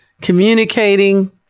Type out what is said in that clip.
communicating